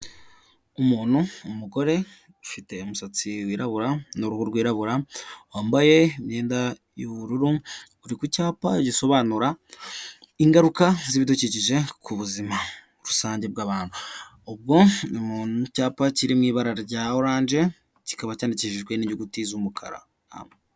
Umuntu, umugore ufite umusatsi wirabura n'uruhu rwirabura, wambaye imyenda y'ubururu, uri ku cyapa gisobanura ingaruka z'ibidukikije ku buzima rusange bw'abantu, ubwo biri mu cyapa kiri mu ibara rya oranje, kikaba cyandikishijwe n'inyuguti z'umukara.